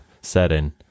setting